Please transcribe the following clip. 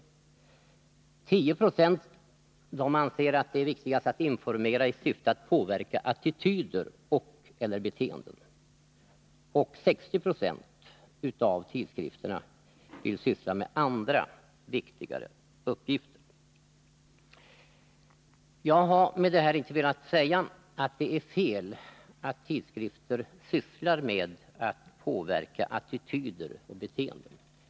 10 90 anser att det är viktigast att informera i syfte att påverka attityder och/eller beteenden. 60 96 av tidskrifterna vill syssla med andra, viktigare uppgifter. Jag har med detta inte velat säga att det är fel att tidskrifter sysslar med att påverka attityder och beteenden.